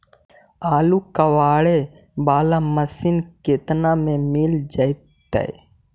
आलू कबाड़े बाला मशीन केतना में मिल जइतै?